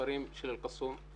בכפרים של אלקסום?